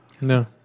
No